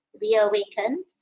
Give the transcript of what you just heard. reawakened